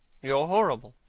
you are horrible!